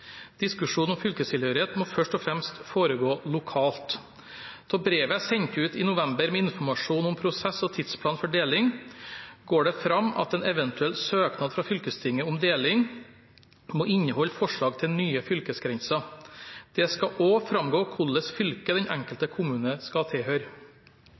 Diskusjonen om fylkestilhørighet må først og fremst foregå lokalt. Av brevet jeg sendte ut i november med informasjon om prosess og tidsplan for deling, går det fram at en eventuell søknad fra fylkestinget om deling må inneholde forslag til nye fylkesgrenser. Det skal også framgå hvilket fylke den enkelte kommune skal tilhøre.